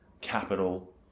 capital